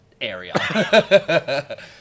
area